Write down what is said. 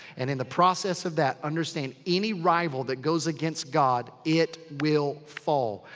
and in the process of that, understand. any rival that goes against god, it will fall.